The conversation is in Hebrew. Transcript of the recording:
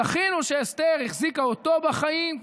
זכינו שאסתר החזיקה אותו בחיים,